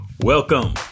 Welcome